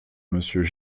monsieur